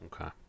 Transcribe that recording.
Okay